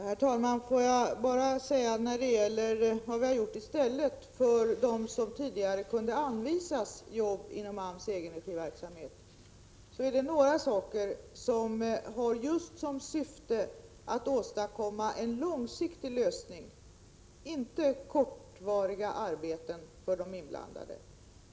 Herr talman! Beträffande vad vi har gjort för dem som tidigare kunde anvisas jobb inom AMS egenregiverksamhet vill jag bara säga att det är några saker som just har som syfte att åstadkomma en långsiktig lösning, inte kortvariga arbeten för de inblandade.